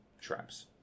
traps